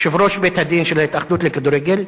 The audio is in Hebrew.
יושב-ראש בית-הדין של ההתאחדות לכדורגל,